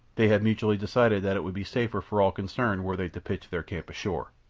they had mutually decided that it would be safer for all concerned were they to pitch their camp ashore.